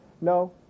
No